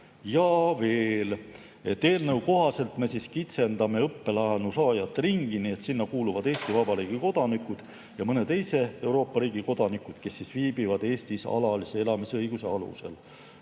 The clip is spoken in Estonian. Eelnõu kohaselt me kitsendame õppelaenu saajate ringi nii, et sinna kuuluvad Eesti Vabariigi kodanikud ja mõne teise Euroopa riigi kodanikud, kes viibivad Eestis alalise elamisõiguse alusel.